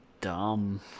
Dumb